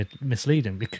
misleading